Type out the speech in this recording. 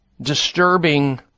disturbing